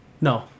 No